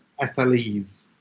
SLEs